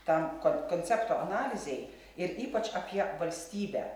tam ko koncepto analizei ir ypač apie valstybę